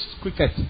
cricket